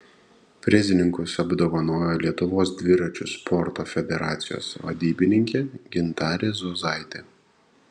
prizininkus apdovanojo lietuvos dviračių sporto federacijos vadybininkė gintarė zuozaitė